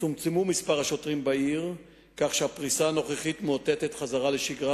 צומצם מספר השוטרים בעיר כך שהפריסה הנוכחית מאותתת חזרה לשגרה